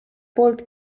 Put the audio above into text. poolt